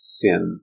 sin